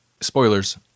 spoilers